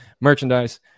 merchandise